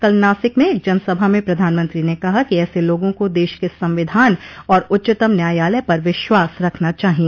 कल नासिक में एक जनसभा में प्रधानमंत्री ने कहा कि ऐसे लोगों को देश के संविधान और उच्चतम न्यायालय पर विश्वास रखना चाहिए